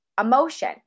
emotion